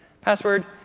password